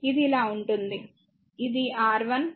ఇది ఇలా ఉంటుంది ఇది R1